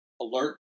alert